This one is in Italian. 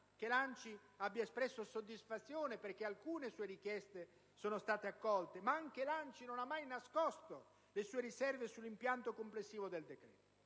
che l'ANCI abbia espresso soddisfazione perché alcune sue richieste sono state accolte, ma anche l'ANCI non ha mai nascosto le sue riserve sull'impianto complessivo del decreto.